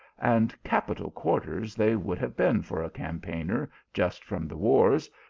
and capital quarters they would have been for a campaigner just from the wars,